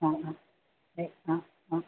ആ ആ ആ ആ